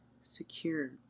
secure